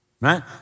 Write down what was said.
Right